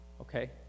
Okay